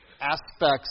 aspects